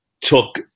took